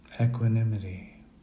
Equanimity